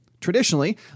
Traditionally